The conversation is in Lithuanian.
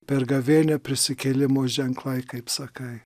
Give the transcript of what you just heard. per gavėnią prisikėlimo ženklai kaip sakai